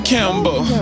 Campbell